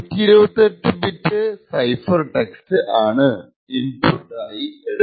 AES 128 bit cipher text ആണ് input ആയി എടുക്കുന്നത്